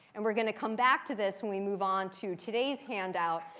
and we're going to come back to this when we move on to today's handout.